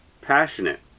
passionate